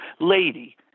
Lady